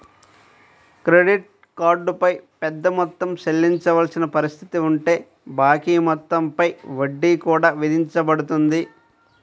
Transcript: credit card పై పెద్ద మొత్తం చెల్లించవలసిన పరిస్థితి ఉంటే బాకీ మొత్తం పై వడ్డీ కూడా విధించబడుతుంది